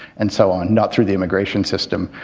and so on, not through the immigration system.